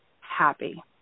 happy